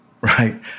right